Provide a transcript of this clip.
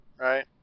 right